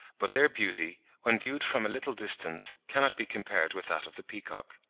but their beauty, when viewed from a little distance, cannot be compared with that of the peacock.